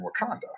Wakanda